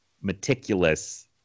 meticulous